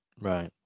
right